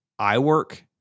iWork